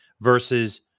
versus